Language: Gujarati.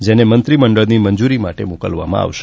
જેને મંત્રીમંડળની મંજુરી માટે મોકલવામાં આવશે